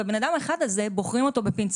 ואת הבן אדם האחד הזה בוחרים בפינצטה,